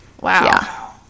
Wow